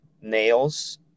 nails